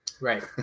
right